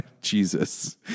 Jesus